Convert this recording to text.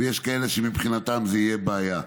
ויש כאלה שמבחינתם זאת תהיה בעיה.